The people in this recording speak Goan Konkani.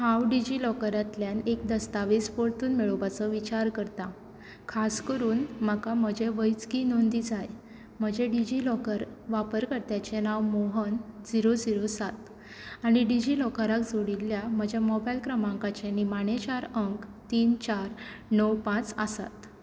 हांव डिजिलॉकरांतल्यान एक दस्तावेज परतून मेळोवपाचो विचार करता खास करून म्हाका म्हजें वैजकी नोंदी जाय म्हजें डिजिलॉकर वापरकर्त्याचें नांव मोहन जिरो जिरो सात आनी डिजिलॉकराक जोडिल्ल्या म्हज्या मोबायल क्रमांकाचे निमाणें चार अंक तीन चार णव पांच आसात